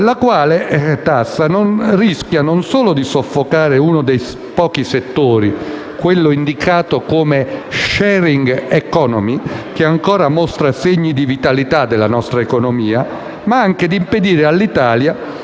tassa rischia non solo di soffocare uno dei pochi settori - indicato come *sharing economy* - che ancora mostra segni di vitalità nella nostra economia, ma anche di impedire all'Italia